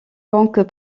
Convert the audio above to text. banques